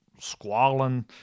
squalling